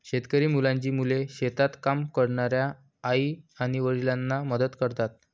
शेतकरी मुलांची मुले शेतात काम करणाऱ्या आई आणि वडिलांना मदत करतात